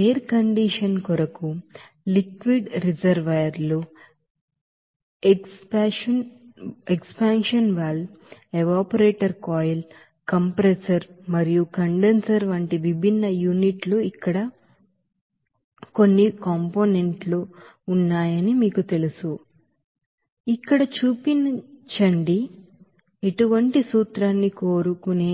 air condition కొరకు కూడా liquid reservoir లు expansion valve evaporator coil compressor మరియు కండెన్సర్ వంటి విభిన్న యూనిట్ లు ఇక్కడ వంటి కొన్ని కాంపోనెంట్ లు ఉన్నాయని మీకు తెలుసు అని ఇక్కడ చూపించండి వంటి సూత్రాన్ని కోరుకునే